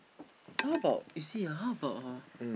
how about you see ah how about hor